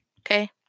Okay